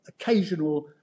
occasional